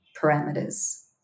parameters